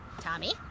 Tommy